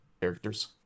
Characters